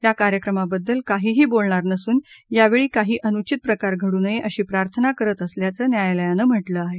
या कार्यक्रमाबद्दल काहीही बोलणार नसून यावेळी काही अनुचित प्रकार घडू नये अशी प्रार्थना करत असल्याचं न्यायालयानं म्हटलं आहे